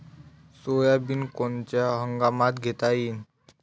Soybean कोनच्या हंगामात घेता येईन?